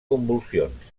convulsions